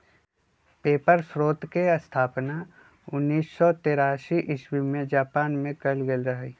paper स्रोतके स्थापना उनइस सौ तेरासी इस्बी में जापान मे कएल गेल रहइ